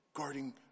Guarding